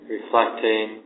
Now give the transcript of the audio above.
Reflecting